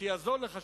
שיעזור לך,